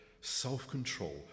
self-control